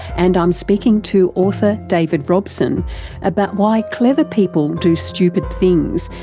and i'm speaking to author david robson about why clever people do stupid things,